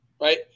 Right